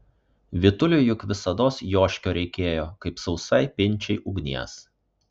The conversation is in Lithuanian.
vytuliui juk visados joškio reikėjo kaip sausai pinčiai ugnies